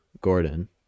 Gordon